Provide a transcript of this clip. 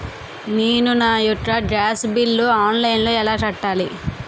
నేను నా యెక్క గ్యాస్ బిల్లు ఆన్లైన్లో ఎలా కట్టాలి?